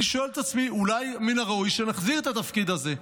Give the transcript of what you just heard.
אני שואל את עצמי: אולי מן הראוי שנחזיר את התפקיד הזה?